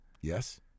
Yes